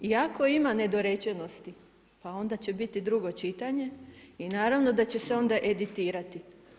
I ako ima nedorečenosti, pa onda će biti drugo čitanje i naravno da će se onda editirati.